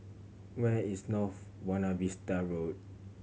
where is North Buona Vista Road